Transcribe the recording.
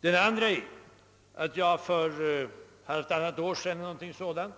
Den andra är att jag för ungefär halvtannat år sedan